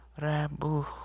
Rabu